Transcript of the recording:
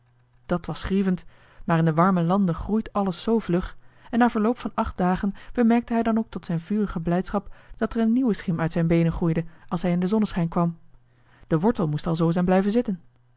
dat was grievend maar in de warme landen groeit alles zoo vlug en na verloop van acht dagen bemerkte hij dan ook tot zijn vurige blijdschap dat er een nieuwe schim uit zijn beenen groeide als hij in den zonneschijn kwam de wortel moest alzoo zijn blijven zitten